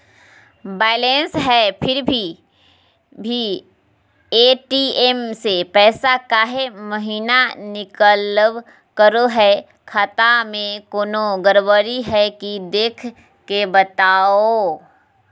Balance है फिर भी भी ए.टी.एम से पैसा काहे महिना निकलब करो है, खाता में कोनो गड़बड़ी है की देख के बताहों?